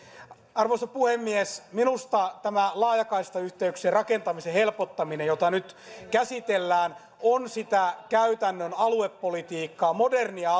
arvoisa puhemies minusta tämä laajakaistayhteyksien rakentamisen helpottaminen jota nyt käsitellään on sitä käytännön aluepolitiikkaa modernia